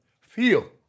feel